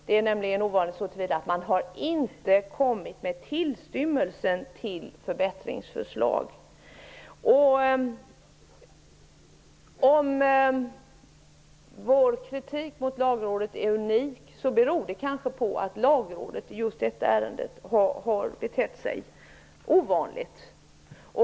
Det är ovanligt så till vida att man inte har kommit med en tillstymmelse till förbättringsförslag. Om vår kritik mot Lagrådet är unik beror det kanske på att Lagrådet i detta ärende har betett sig ovanligt.